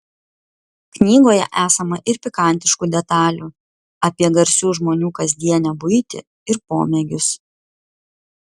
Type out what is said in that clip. knygoje esama ir pikantiškų detalių apie garsių žmonių kasdienę buitį ir pomėgius